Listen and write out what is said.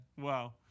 Wow